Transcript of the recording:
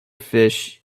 fish